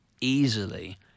easily